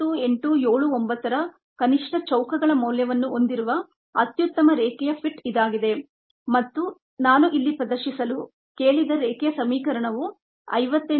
9879 ರ ಕನಿಷ್ಠ ಚೌಕಗಳ ಮೌಲ್ಯವನ್ನು ಹೊಂದಿರುವ ಅತ್ಯುತ್ತಮ ರೇಖೆಯ ಫಿಟ್ ಇದಾಗಿದೆ ಮತ್ತು ನಾನು ಇಲ್ಲಿ ಪ್ರದರ್ಶಿಸಲು ಕೇಳಿದ ರೇಖೆಯ ಸಮೀಕರಣವು 58